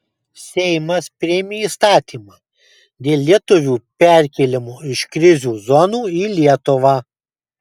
seimas priėmė įstatymą dėl lietuvių perkėlimo iš krizių zonų į lietuvą